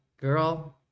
girl